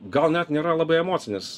gal net nėra labai emocinis